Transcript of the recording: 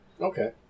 Okay